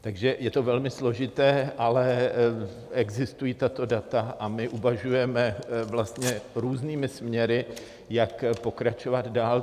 Takže je to velmi složité, ale existují tato data a my uvažujeme různými směry, jak pokračovat dál.